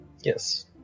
Yes